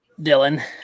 Dylan